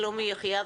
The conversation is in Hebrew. שלומי יחיאב,